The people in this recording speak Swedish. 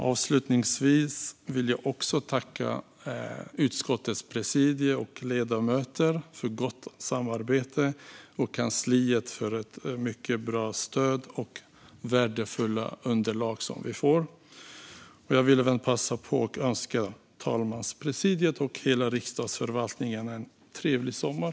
Avslutningsvis vill jag också tacka utskottets presidium och ledamöter för gott samarbete och kansliet för mycket bra stöd och de värdefulla underlag vi får. Jag vill även passa på att önska talmanspresidiet och hela Riksdagsförvaltningen en trevlig sommar!